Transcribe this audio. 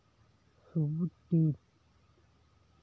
ᱥᱚᱵᱩᱡᱽ ᱫᱤᱯ